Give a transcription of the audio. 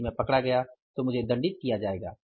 यदि मैं पकड़ा गया तो मुझे दंडित किया जाएगा